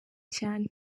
cyane